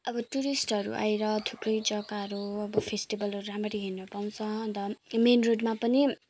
अब टुरिस्टहरू आएर थुप्रै जग्गाहरू अब फेस्टिबलहरू रामरी हेर्न पाउँछ अन्त मेन रोडमा पनि